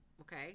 Okay